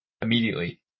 immediately